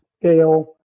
scale